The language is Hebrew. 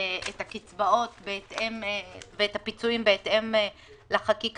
את הקצבאות ואת הפיצויים בהתאם לחקיקה,